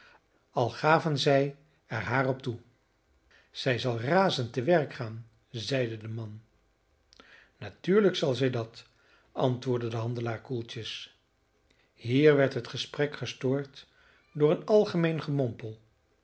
al gaven zij er haar op toe zij zal razend te werk gaan zeide de man natuurlijk zal zij dat antwoordde de handelaar koeltjes hier werd het gesprek gestoord door een algemeen